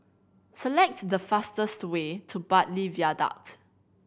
select the fastest way to Bartley Viaduct